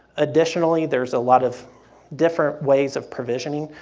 additionally there's a lot of different ways of provisioning,